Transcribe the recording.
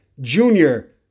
junior